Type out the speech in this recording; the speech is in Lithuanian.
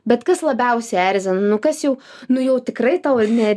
bet kas labiausiai erzina nu kas jau nu jau tikrai tau ne